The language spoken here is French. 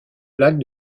lac